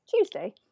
tuesday